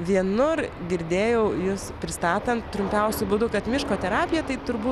vienur girdėjau jus pristatant trumpiausiu būdu kad miško terapija tai turbūt